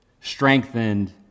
strengthened